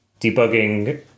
debugging